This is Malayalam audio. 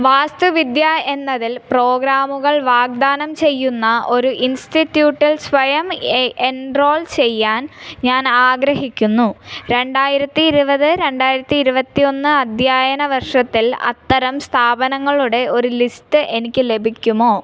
വാസ്തുവിദ്യ എന്നതിൽ പ്രോഗ്രാമുകൾ വാഗ്ദാനം ചെയ്യുന്ന ഒരു ഇൻസ്റ്റിറ്റ്യുട്ടിൽ സ്വയം എൻറോൾ ചെയ്യാൻ ഞാൻ ആഗ്രഹിക്കുന്നു രണ്ടായിരത്തി ഇരുപത് രണ്ടായിരത്തി ഇരുപത്തിയൊന്ന് അധ്യയന വർഷത്തിൽ അത്തരം സ്ഥാപനങ്ങളുടെ ഒരു ലിസ്റ്റ് എനിക്ക് ലഭിക്കുമോ